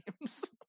games